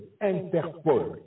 Interpol